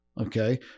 Okay